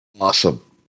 Awesome